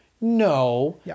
no